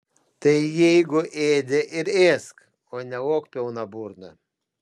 tai jeigu ėdi ir ėsk o ne lok pilna burna